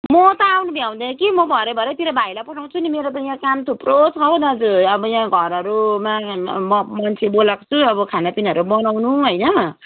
म त आउनु भ्याउँदिन कि म भरे भरेतिर भाइलाई पठाउँछु नि मेरो यहाँ काम थुप्रो छ हौ दाजु अब यहाँ घरहरूमा म मान्छे बोलाएको छु अब खानापिनाहरू बनाउनु होइन